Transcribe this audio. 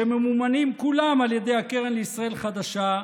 שממומנים כולם על ידי הקרן לישראל חדשה,